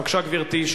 בבקשה, גברתי.